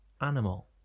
animal